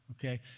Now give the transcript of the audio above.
okay